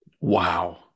Wow